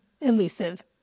elusive